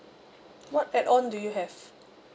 what add on do you have